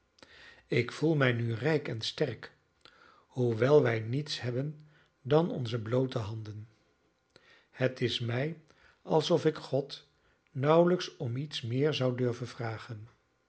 ik voel mij nu rijk en sterk hoewel wij niets hebben dan onze bloote handen het is mij alsof ik god nauwelijks om iets meer zou durven vragen